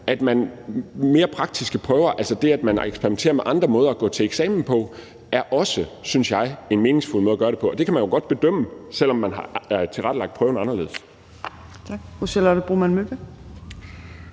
altså mere praktiske prøver. Altså, det, at man eksperimenterer med andre måder at gå til eksamen på, er også, synes jeg, en meningsfuld måde at gøre det på; det kan man jo godt bedømme, selv om man har tilrettelagt prøven anderledes. Kl. 11:58 Tredje